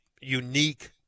unique